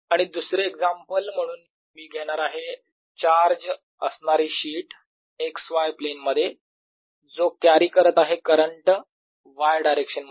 आणि दुसरे एक्झाम्पल म्हणून मी घेणार आहे चार्ज असणारी शीट x y प्लेनमध्ये जो कॅरी करत आहे करंट y डायरेक्शन मध्ये